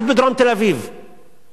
לא יוצאת משם גזענות,